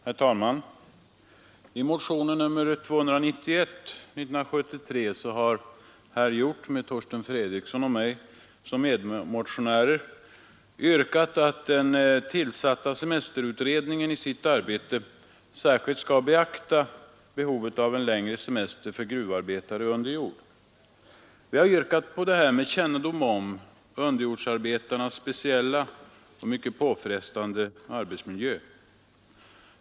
Herr talman! I motionen 291 har herr Hjorth med herr Fredriksson och mig som medmotionärer yrkat att den tillsatta semesterutred ningen i sitt arbete särskilt skall beakta behovet av en längre semester för gruvarbetare under jord. Vi har yrkat detta med kännedom om underjordsarbetarnas speciella och mycket påfrestande miljö.